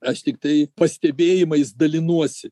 aš tiktai pastebėjimais dalinuosi